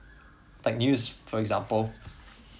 like news for example